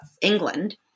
England